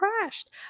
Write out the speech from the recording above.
crashed